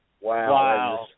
Wow